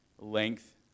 length